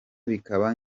bikaba